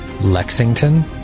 Lexington